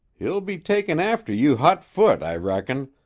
he'll be takin' after you hot-foot, i reckon,